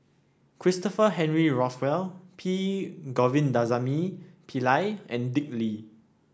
Christopher Henry Rothwell P Govindasamy Pillai and Dick Lee